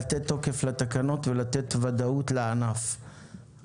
לתת תוקף לתקנות ולתת ודאות לענף.